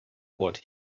what